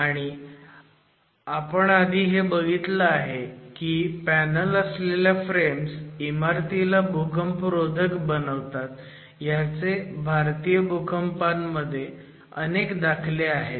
आणि आधी आपण हेच बघितलं आहे की पॅनल असलेल्या फ्रेम्स इमारतीला भूकंपरोधक बनवतात ह्याचे भारतीय भूकंपामध्ये दाखले आहेत